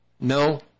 No